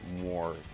more